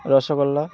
rasgulla